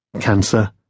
cancer